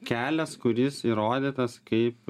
kelias kuris įrodytas kaip